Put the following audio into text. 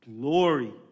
glory